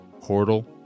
Portal